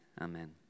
Amen